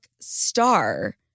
star